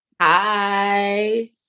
Hi